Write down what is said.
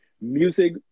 music